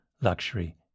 Luxury